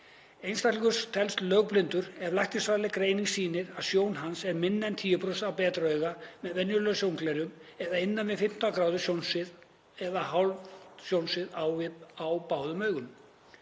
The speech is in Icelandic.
Einstaklingur telst lögblindur ef læknisfræðileg greining sýnir að sjón hans er minni en 10% á betra auga, með venjulegum sjónglerjum, eða innan við 15 gráðu sjónsvið eða hálft sjónsvið á báðum augum.